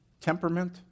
temperament